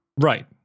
right